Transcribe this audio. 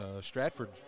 stratford